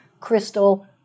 crystal